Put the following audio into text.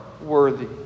worthy